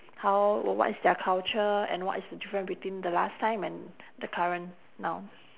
how what is their culture and what is the difference between the last time and the current now